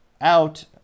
out